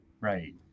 right